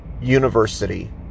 university